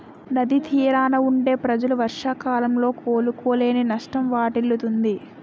నది తీరాన వుండే ప్రజలు వర్షాకాలంలో కోలుకోలేని నష్టం వాటిల్లుతుంది